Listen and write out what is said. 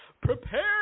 Prepare